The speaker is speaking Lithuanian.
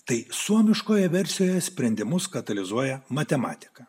tai suomiškoje versijoje sprendimus katalizuoja matematika